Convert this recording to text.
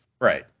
right